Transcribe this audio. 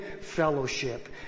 fellowship